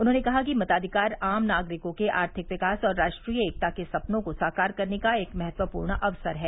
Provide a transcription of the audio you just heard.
उन्होंने कहा कि मताधिकार आम नागरिकों के आर्थिक विकास और राष्ट्रीय एकता के सपनों को साकार करने का एक महत्वपूर्ण अवसर है